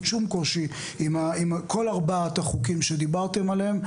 שום קושי עם כל ארבעת החוקים שדיברתם עליהם,